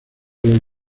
los